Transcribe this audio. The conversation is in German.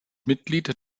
mitglied